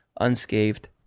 unscathed